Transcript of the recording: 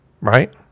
Right